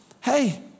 Hey